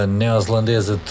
neozelandesa